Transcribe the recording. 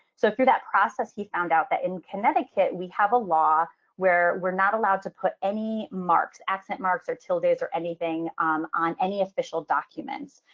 so through that process, he found out that in connecticut, we have a law where we're not allowed to put any marks, accent marks or tilda's or anything on on any official documents.